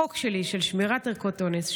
החוק שלי של שמירת ערכות אונס,